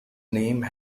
name